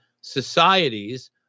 societies